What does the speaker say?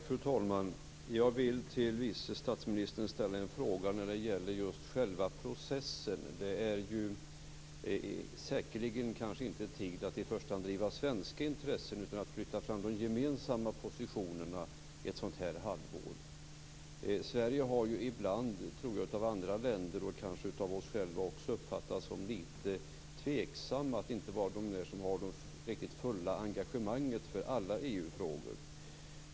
Fru talman! Jag vill till vice statsministern ställa en fråga om just själva processen. Det är säkerligen kanske inte tid att i första hand driva svenska intressen, utan det gäller att flytta fram de gemensamma positionerna ett sådant här halvår. Vi i Sverige har ju ibland, tror jag, av andra länder, och kanske av oss själva också, uppfattats som lite tveksamma, som att vara de där som inte har det riktigt fulla engagemanget för alla EU-frågor.